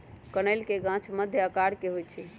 कनइल के गाछ मध्यम आकर के होइ छइ